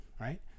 right